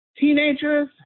Teenagers